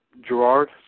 Gerard